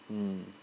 mm